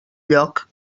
lloc